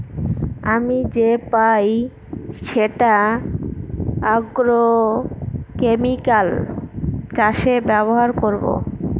আমি যে পাই সেটা আগ্রোকেমিকাল চাষে ব্যবহার করবো